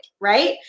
right